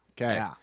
Okay